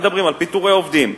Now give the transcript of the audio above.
מדברות על פיטורי עובדים,